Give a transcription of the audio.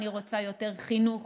אני רוצה יותר חינוך